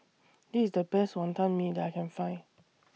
This IS The Best Wonton Mee that I Can Find